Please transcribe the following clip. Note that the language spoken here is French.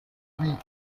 oui